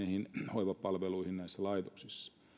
hoivapalveluihin laitoksissa